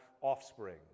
offspring